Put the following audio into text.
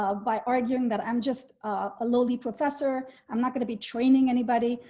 ah by arguing that i'm just a lowly professor. i'm not going to be training anybody.